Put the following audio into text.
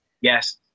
Yes